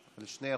על שני החוקים.